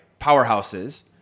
Powerhouses